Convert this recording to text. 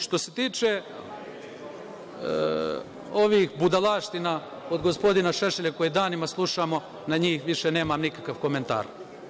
Što se tiče ovih budalaština od gospodina Šešelja, koje danima slušamo, na njih više nemam nikakav komentar.